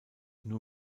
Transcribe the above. nur